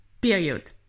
period